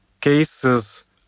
cases